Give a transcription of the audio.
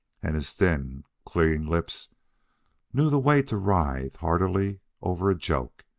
and his thin, clean lips knew the way to writhe heartily over a joke.